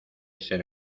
ser